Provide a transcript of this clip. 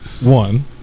One